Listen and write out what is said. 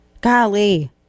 Golly